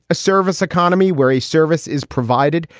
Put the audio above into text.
a service economy where a service is provided.